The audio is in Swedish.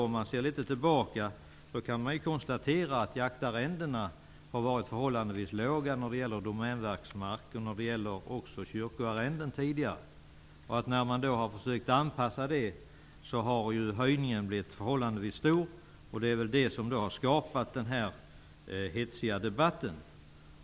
Om man ser tillbaka litet kan man konstatera att jaktarrendena har varit förhållandevis låga när det gäller Domänverksmark. Det har tidigare också gällt kyrkoarrenden. När man har försökt åstadkomma en anpassning har höjningen blivit förhållandevis stor. Det är väl det som har skapat den hetsiga debatten.